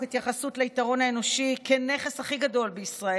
התייחסות ליתרון האנושי כנכס הכי גדול בישראל,